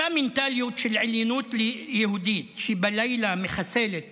אותה מנטליות של עליוניות יהודית, שבלילה מחסלת